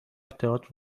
تئاتر